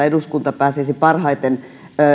eduskunta pääsisi jatkossa parhaiten